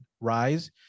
Rise